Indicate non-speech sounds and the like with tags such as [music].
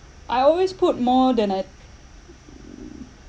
I always put more than I [noise]